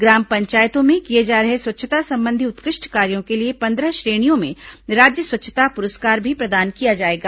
ग्राम पंचायतों में किए जा रहे स्वच्छता संबंधी उत्कृष्ट कार्यो के लिए पंद्रह श्रेणियों में राज्य स्वच्छता पुरस्कार भी प्रदान किया जाएगा